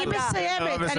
אני מסיימת.